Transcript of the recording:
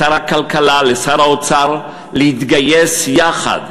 לשר הכלכלה, לשר האוצר, להתגייס יחד,